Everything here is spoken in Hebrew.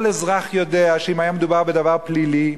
כל אזרח יודע שאם היה מדובר בדבר פלילי,